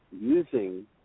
using